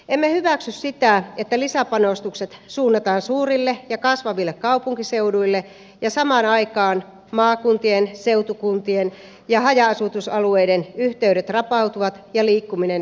emme hyväksy sitä että lisäpanostukset suunnataan suurille ja kasvaville kaupunkiseuduille ja samaan aikaan maakuntien seutukuntien ja haja asutusalueiden yhteydet rapautuvat ja liikkuminen vaikeutuu